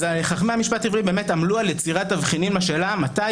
אז חכמי המשפט העברי באמת עמלו על יצירת תבחינים על השאלה מתי